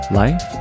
Life